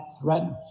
threatened